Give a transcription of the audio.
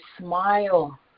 smile